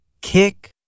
kick